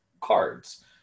cards